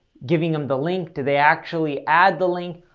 giving them the link, did they actually add the link?